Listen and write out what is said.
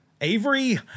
Avery